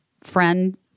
friend